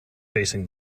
facing